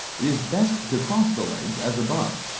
it is best to cross the legs as above,